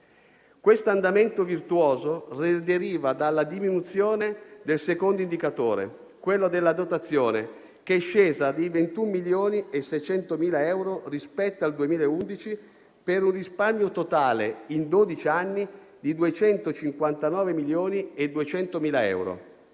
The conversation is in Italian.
Questo andamento virtuoso deriva dalla diminuzione del secondo indicatore, quello della dotazione, che è sceso di 21,6 milioni di euro rispetto al 2011, per un risparmio totale in dodici anni di 259,2 milioni di euro.